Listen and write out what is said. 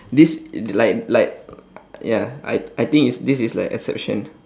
this like like ya I I think it's this is like exception